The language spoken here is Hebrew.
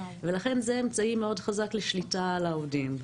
ולכן זה אמצעי מאוד חזק לשליטה על העובדים.